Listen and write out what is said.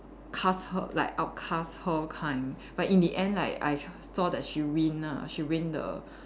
cast her like outcast her kind but in the end like I saw that she win ah she win the